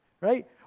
Right